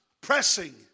pressing